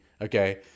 Okay